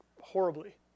horribly